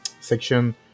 section